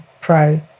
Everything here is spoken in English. pro